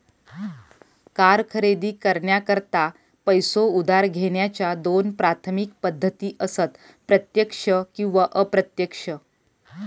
car खरेदी करण्याकरता पैसो उधार घेण्याच्या दोन प्राथमिक पद्धती असत प्रत्यक्ष आणि अप्रत्यक्ष